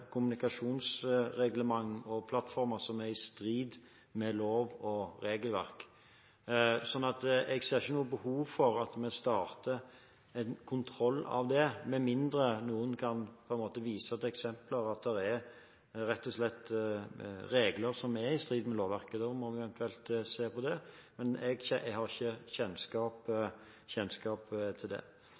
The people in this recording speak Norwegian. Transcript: kommunikasjonsreglement og -plattformer som er i strid med lov og regelverk. Så jeg ser ikke noe behov for at vi starter en kontroll av det, med mindre noen kan vise til eksempler på at det er regler som rett og slett er i strid med lovverket. Da må vi eventuelt se på det, men jeg har ikke kjennskap til det.